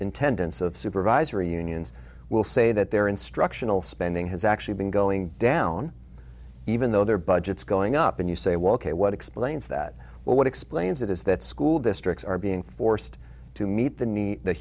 tendence of supervisory unions will say that there instructional spending has actually been going down even though their budgets going up and you say well ok what explains that well what explains it is that school districts are being forced to meet the need the